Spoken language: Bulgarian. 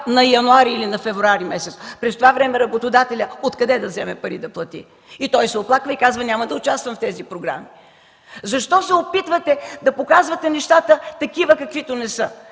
януари или февруари месец. През това време работодателят откъде да вземе пари да плати? Той се оплаква и казва: „Няма да участвам в тези програми”. Защо се опитвате да показвате нещата такива, каквито не са.